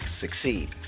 succeed